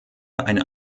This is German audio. eine